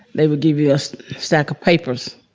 they would give you a so stack of papers